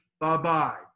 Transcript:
bye-bye